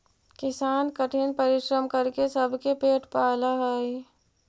किसान कठिन परिश्रम करके सबके पेट पालऽ हइ